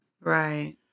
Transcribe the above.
Right